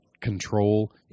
control